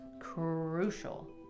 Crucial